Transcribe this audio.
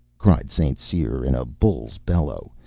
cried st. cyr in a bull's bellow.